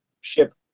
ship